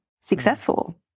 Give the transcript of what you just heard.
successful